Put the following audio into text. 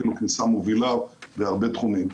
ואפילו כניסה מובילה בהרבה תחומים,